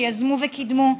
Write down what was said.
שיזמו וקידמו,